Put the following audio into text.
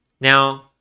Now